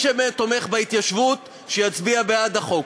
שבאמת תומך בהתיישבות, שיצביע בעד החוק.